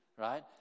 right